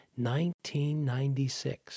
1996